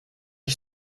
ich